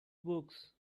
books